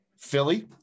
philly